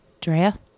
Drea